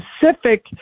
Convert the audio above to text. specific